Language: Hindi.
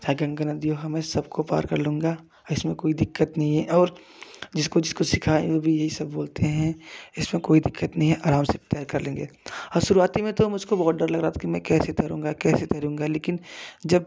चाहे गंगा नदी हो हम सबको पार कर लूँगा इसमें कोई दिक्कत नहीं है और जिसको जिसको सिखाएँ वो भी यही सब बोलते हैं इसमें कोई दिक्कत नहीं है आराम से तैर कर लेंगे और शुरुआती में तो मुझको बहुत डर लग रहा था कि मैं कैसे तैरूँगा कैसे तैरूँगा लेकिन जब